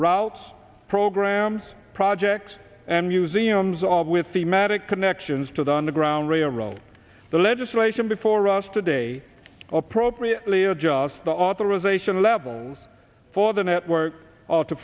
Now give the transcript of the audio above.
routs programs projects and museums all with the magic connections to the underground railroad the legislation before us today appropriately adjusts the authorization levels for the network